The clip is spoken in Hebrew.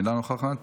אינה נוכחת.